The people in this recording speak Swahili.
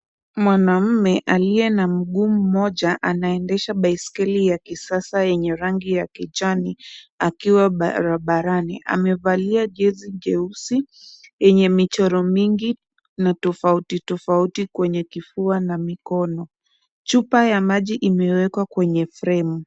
Mwanamume aliye na mguu moja anaendesha baiskeli ya kisasa yenye rangi ya kijani akiwa barabarani. Amevalia jezi jeusi yenye michoro mingi na tofauti tofauti kwenye kifua na mikono. Chupa ya maji imewekwa kwenye fremu.